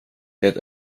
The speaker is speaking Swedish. det